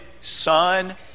son